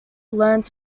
learned